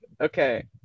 Okay